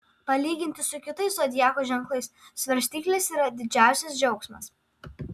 palyginti su kitais zodiako ženklais svarstyklės yra didžiausias džiaugsmas